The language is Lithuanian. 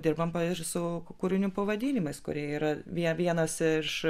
dirbam pa ir su kūrinių pavadinimais kurie yra vie vienas iš